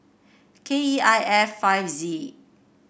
K E I F five Z